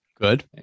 Good